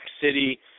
City